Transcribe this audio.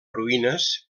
ruïnes